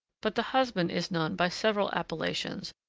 but the husband is known by several appellations,